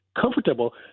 comfortable